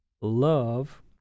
love